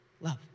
Love